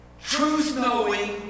truth-knowing